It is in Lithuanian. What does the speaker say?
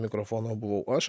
mikrofono buvau aš